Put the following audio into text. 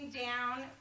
down